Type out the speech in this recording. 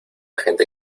gente